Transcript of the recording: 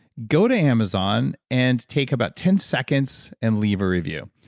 go to amazon and take about ten seconds and leave a review.